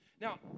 Now